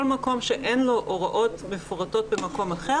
כל מקום שאין לו הוראות מפורטות במקום אחר,